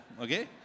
okay